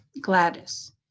Gladys